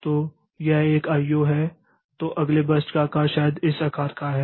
तो यह एक आईओ है तो अगले बर्स्ट का आकार शायद इस आकार का है